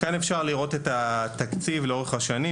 כאן אפשר לראות את התקציב לאורך השנים,